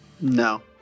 No